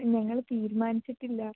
ഞങ്ങൾ തീരുമാനിച്ചിട്ടില്ല